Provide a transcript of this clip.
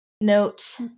note